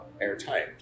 airtight